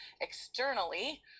externally